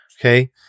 Okay